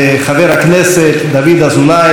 חבר הכנסת דוד אזולאי,